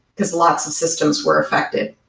because lots of systems were affected.